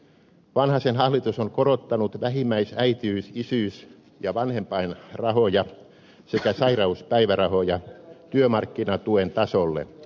vanhasen hallitus on korottanut vähimmäisäitiys isyys ja vanhempainrahoja sekä sairauspäivärahoja työmarkkinatuen tasolle